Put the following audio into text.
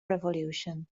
revolution